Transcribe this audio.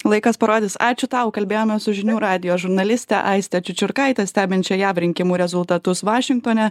laikas parodys ačiū tau kalbėjome su žinių radijo žurnaliste aiste čiučiurkaite stebinčia jav rinkimų rezultatus vašingtone